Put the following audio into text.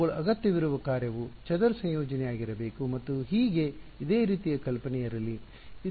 ಅವುಗಳು ಅಗತ್ಯವಿರುವ ಕಾರ್ಯವು ಚದರ ಸಂಯೋಜನೆಯಾಗಿರಬೇಕು ಮತ್ತು ಹೀಗೆ ಇದೇ ರೀತಿಯ ಕಲ್ಪನೆ ಇರಲಿ